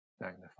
magnified